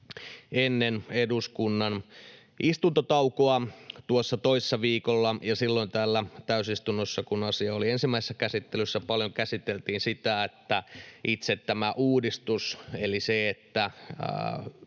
ennen eduskunnan istuntotaukoa tuossa toissa viikolla. Silloin täällä täysistunnossa, kun asia oli ensimmäisessä käsittelyssä, paljon käsiteltiin sitä, että itse tämä uudistus eli se, että